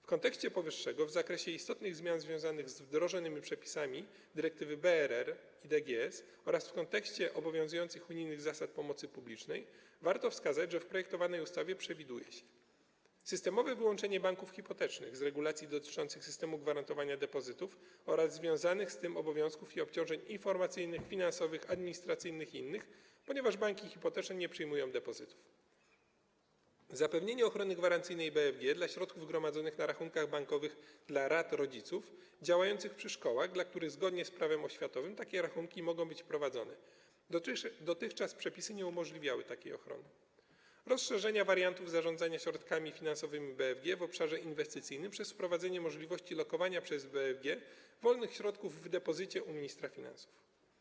W kontekście powyższego w zakresie istotnych zmian związanych z wdrożonymi przepisami dyrektywy BRR i DGS oraz w kontekście obowiązujących unijnych zasad pomocy publicznej warto wskazać, że w projektowanej ustawie przewiduje się: systemowe wyłączenie banków hipotecznych spod działania regulacji dotyczących systemu gwarantowania depozytów oraz związanych z tym obowiązków i obciążeń informacyjnych, finansowych, administracyjnych i innych, ponieważ banki hipoteczne nie przyjmują depozytów, zapewnienie ochrony gwarancyjnej BFG dla środków gromadzonych na rachunkach bankowych dla rad rodziców działających przy szkołach, dla których zgodnie z prawem oświatowym takie rachunki mogą być prowadzone - dotychczas przepisy nie umożliwiały takiej ochrony; rozszerzenie wariantów zarządzania środkami finansowymi BFG w obszarze inwestycyjnym przez wprowadzenie możliwości lokowania przez BFG wolnych środków w depozycie u ministra finansów.